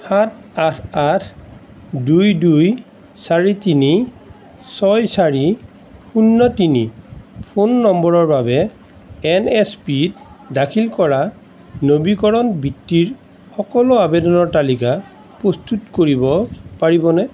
সাত আঠ আঠ দুই দুই চাৰি তিনি ছয় চাৰি শূন্য তিনি ফোন নম্বৰৰ বাবে এন এছ পি ত দাখিল কৰা নবীকৰণ বৃত্তিৰ সকলো আবেদনৰ তালিকা প্ৰস্তুত কৰিব পাৰিবনে